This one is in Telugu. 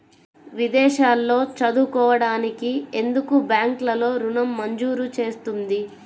విదేశాల్లో చదువుకోవడానికి ఎందుకు బ్యాంక్లలో ఋణం మంజూరు చేస్తుంది?